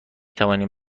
توانیم